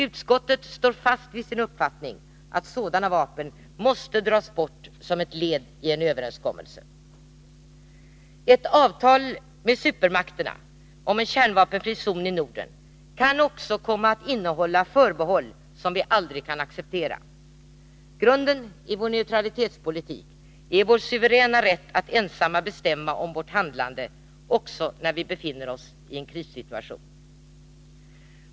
Utskottet står fast vid sin uppfattning att sådana vapen som ett led i en överenskommelse måste dras bort. Ett avtal med supermakterna om en kärnvapenfri zon i Norden kan också komma att innehålla förbehåll som vi aldrig kan acceptera. Grunden i vår neutralitetspolitik är vår suveräna rätt att ensamma bestämma om vårt handlande, också när vi befinner oss i en krissituation.